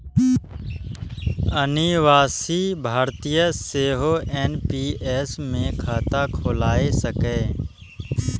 अनिवासी भारतीय सेहो एन.पी.एस मे खाता खोलाए सकैए